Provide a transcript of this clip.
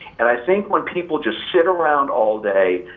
and, i think when people just sit around all day,